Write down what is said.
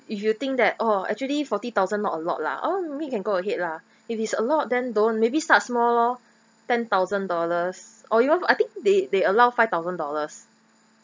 if you think that oh actually forty thousand not a lot lah oh maybe can go ahead lah if it's a lot then don't maybe start small lor ten thousand dollars or you have I think they they allow five thousand dollars